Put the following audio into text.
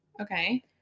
Okay